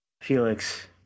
Felix